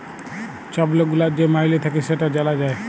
ছব লক গুলার যে মাইলে থ্যাকে সেট জালা যায়